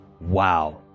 Wow